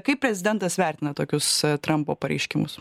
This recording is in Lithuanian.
kaip prezidentas vertina tokius trampo pareiškimus